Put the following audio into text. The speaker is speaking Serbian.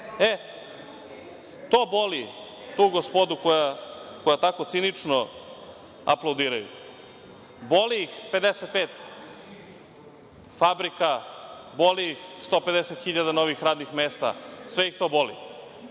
vas. To boli tu gospodu koja tako cinično aplaudiraju, boli ih 55 fabrika, boli ih 150.000 novih radnih mesta, sve ih to boli,